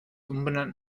umbenannt